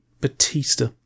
Batista